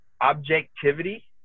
objectivity